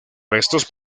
restos